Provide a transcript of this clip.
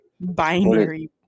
Binary